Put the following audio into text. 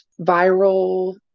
viral